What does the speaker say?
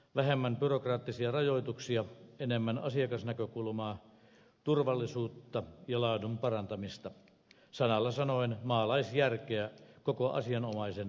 vähemmän byrokraattisia rajoituksia enemmän asiakasnäkökulmaa turvallisuutta ja laadun parantamista sanalla sanoen maalaisjärkeä koko asianomaisen alan toimintaan